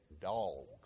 dogs